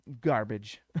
garbage